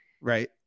Right